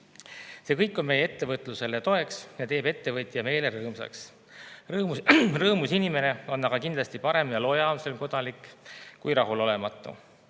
See kõik on meie ettevõtlusele toeks ja teeb ettevõtja meele rõõmsaks. Rõõmus inimene on aga kindlasti parem ja lojaalsem kodanik kui rahulolematu.